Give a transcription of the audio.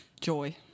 joy